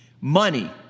money